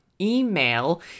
email